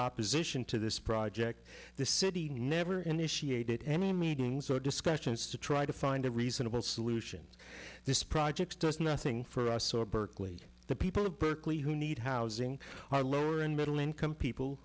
opposition to this project the city never initiated any meetings discussions to try to find a reasonable solution to this project does nothing for us or berkeley the people of berkeley who need housing are lower and middle income people